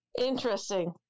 Interesting